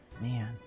Man